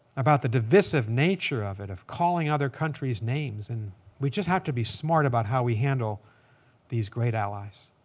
about the divisive nature of it, of calling other countries' names, and we just have to be smart about how we handle these great allies.